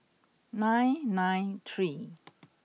nine nine three